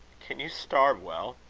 can you starve well?